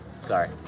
Sorry